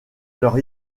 leur